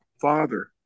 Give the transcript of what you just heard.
Father